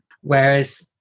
Whereas